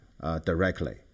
directly